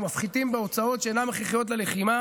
ומפחיתים בהוצאות שאינן הכרחיות ללחימה